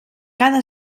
cada